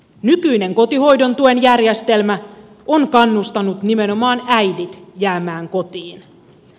nykyinen kotihoidon tuen järjestelmä on kannustanut nimenomaan äidit jäämään kotiin